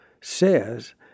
says